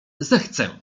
zechcę